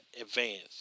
advanced